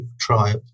tribe